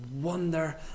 wonder